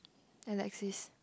Alexis